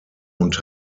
und